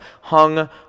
hung